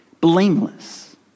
blameless